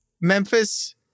Memphis